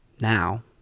Now